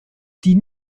die